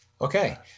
Okay